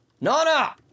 Nana